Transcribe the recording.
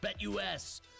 BetUS